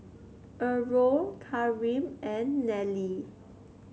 Errol Kareem and Nellie